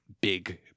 big